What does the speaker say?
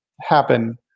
happen